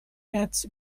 märz